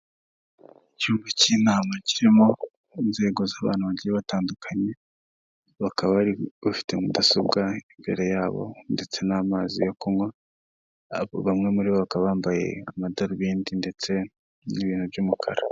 Icyumba cy'inama kirimo nzego z'abantu bagiye batandukanye, bakaba bafite mudasobwa imbere yabo ndetse n'amazi yo kunywa, ariko bamwe muri bo bakaba bambaye amadarobindi ndetse n'ibintu by'umukara.